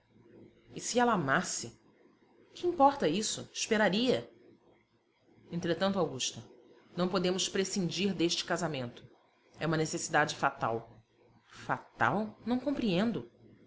já e se ela amasse que importa isso esperaria entretanto augusta não podemos prescindir deste casamento é uma necessidade fatal fatal não compreendo